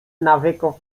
nawyków